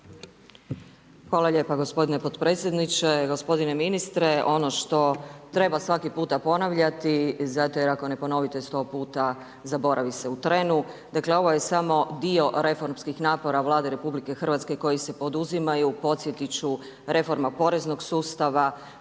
Hvala lijepa gospodine potpredsjedniče. Gospodine ministre ono što treba svaki puta ponavljati zato jer ako ne ponovite 100 puta zaboravi se u trenu. Dakle ovo je samo dio reformskih napora Vlade RH koji se poduzimaju, podsjetiti ću reforma poreznog sustava.